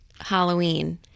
Halloween